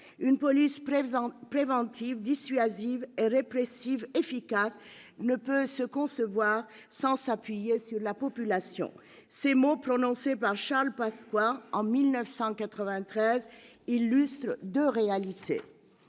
Une police préventive, dissuasive et répressive efficace ne peut se concevoir sans s'appuyer sur la population ». Ces mots, prononcés par Charles Pasqua en 1993, illustrent deux réalités.